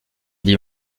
dit